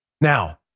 Now